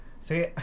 See